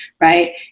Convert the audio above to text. right